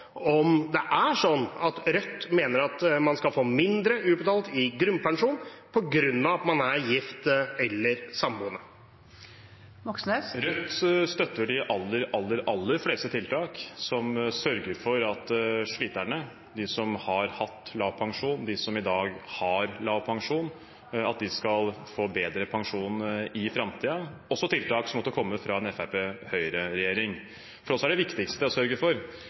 om Rødt mener at man skal få mindre utbetalt i grunnpensjon på grunn av at man er gift eller samboende. Rødt støtter de aller fleste tiltak som sørger for at sliterne, de som har hatt lav pensjon, og de som i dag har lav pensjon, skal få bedre pensjon i framtiden – også tiltak som måtte komme fra en Høyre–Fremskrittsparti-regjering. For oss er det viktigste å sørge for